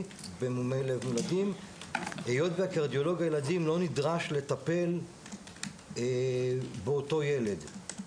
במומי לב מולדים היות וקרדיולוג ילדים לא נדרש לטפל באותו ילד.